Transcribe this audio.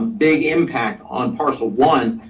big impact on parcel one,